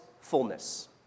fullness